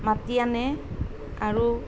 মাতি আনে আৰু